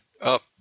up